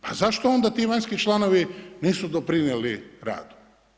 Pa zašto onda ti vanjski članovi nisu doprinijeli radu?